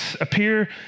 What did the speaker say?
appear